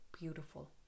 beautiful